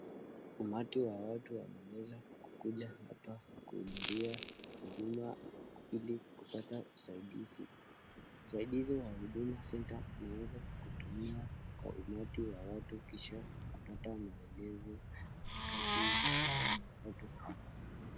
Umati wa watu wameweza kukuja hapa kuhudhulia huduma ili kupata usaidizi, zaidizi wa huduma centre umeweza kutumia kwa umati wa watu kisha kupata maelezo katikati ya watu hawa.